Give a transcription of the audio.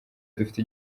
dufite